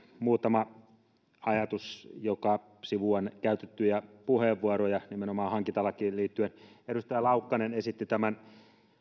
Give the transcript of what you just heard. muutama ajatus joka sivuaa käytettyjä puheenvuoroja nimenomaan hankintalakiin liittyen edustaja laukkanen esitti tämän